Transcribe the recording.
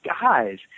guys